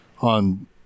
on